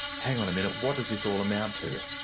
hang on a minute, what does this all amount to?